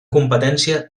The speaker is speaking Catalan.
competència